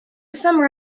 summer